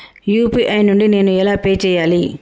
UPI నుండి నేను ఎలా పే చెయ్యాలి?